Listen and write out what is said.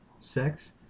sex